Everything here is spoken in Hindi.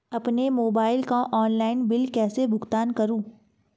अपने मोबाइल का ऑनलाइन बिल कैसे भुगतान करूं?